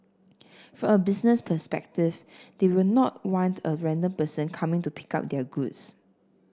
from a business perspective they will not want a random person coming to pick up their goods